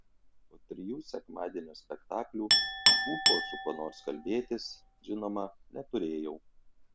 po trijų sekmadienio spektaklių ūpo su kuo nors kalbėtis žinoma neturėjau